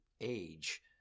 age